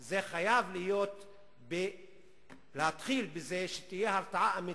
זה חייב להתחיל בזה שתהיה הרתעה אמיתית.